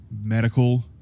medical